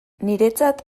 niretzat